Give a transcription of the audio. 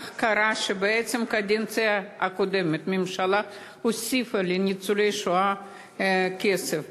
קרה שבעצם בקדנציה הקודמת הממשלה הוסיפה לניצולי השואה כסף.